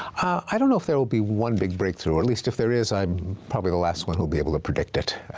i don't know if there'll be one big breakthrough, or at least if there is, i'm probably the last one who'll be able to predict it.